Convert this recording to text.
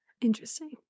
Interesting